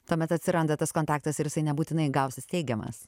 tuomet atsiranda tas kontaktas ir jisai nebūtinai gausis teigiamas